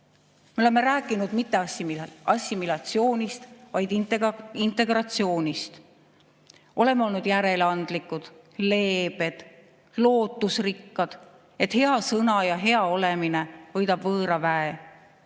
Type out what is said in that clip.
Me oleme rääkinud mitte assimilatsioonist, vaid integratsioonist. Oleme olnud järeleandlikud, leebed, lootusrikkad, et hea sõna ja hea olemine võidab võõra väe.